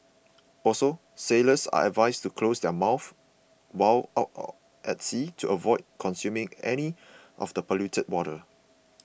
also sailors are advised to close their mouths while out at sea to avoid consuming any of the polluted water